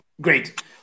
great